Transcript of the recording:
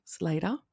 later